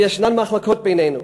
וישנן מחלוקות בינינו,